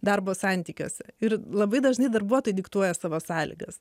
darbo santykiuose ir labai dažnai darbuotojai diktuoja savo sąlygas